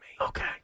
Okay